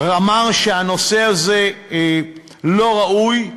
הוא אמר שהנושא הזה לא ראוי.